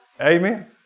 Amen